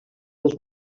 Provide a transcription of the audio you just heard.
dels